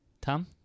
Tom